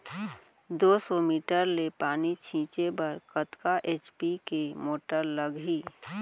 दो सौ मीटर ले पानी छिंचे बर कतका एच.पी के मोटर लागही?